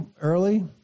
early